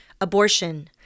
Abortion